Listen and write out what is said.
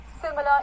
similar